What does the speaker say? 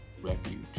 Refuge